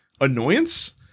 annoyance